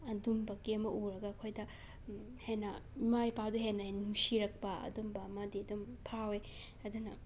ꯑꯗꯨꯒꯨꯝꯕꯒꯤ ꯑꯃ ꯎꯔꯒ ꯑꯩꯈꯣꯏꯗ ꯍꯦꯟꯅ ꯏꯃꯥ ꯏꯄꯥꯗꯨ ꯍꯦꯟꯅ ꯍꯦꯟꯅ ꯅꯨꯡꯁꯤꯔꯛꯄ ꯑꯗꯨꯒꯨꯝꯕ ꯑꯃꯗꯤ ꯑꯗꯨꯝ ꯐꯥꯎꯋꯦ ꯑꯗꯨꯅ